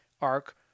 arc